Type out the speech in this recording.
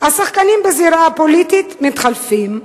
השחקנים בזירה הפוליטית מתחלפים,